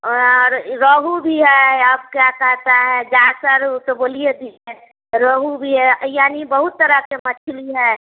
औरार रोहू भी है आप क्या कहता है जाकर उसे बोलिए कि रोहू भी है यानी बहुत तरह की मछली है